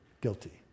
guilty